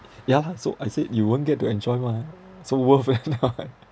ya lah so I said you won't get to enjoy mah so worth or not